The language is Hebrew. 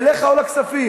אליך או לכספים.